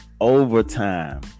overtime